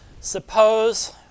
Suppose